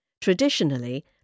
Traditionally